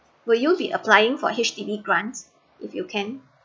will you be applying for H_D_B grants if you can